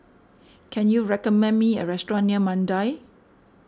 can you recommend me a restaurant near Mandai